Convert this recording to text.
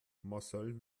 marcel